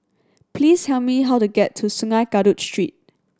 please tell me how to get to Sungei Kadut Street